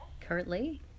Currently